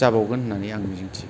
जाबावगोन होननानै आं मिजिं थियो